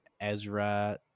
Ezra